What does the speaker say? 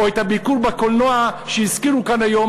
או את הביקור בקולנוע שהזכירו כאן היום,